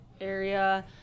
area